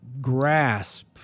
grasp